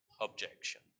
objection